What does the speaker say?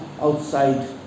outside